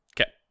okay